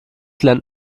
lernt